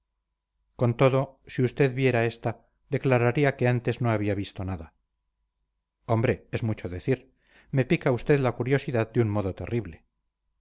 con todo si usted viera esta declararía que antes no había visto nada hombre es mucho decir me pica usted la curiosidad de un modo terrible